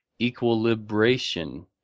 equilibration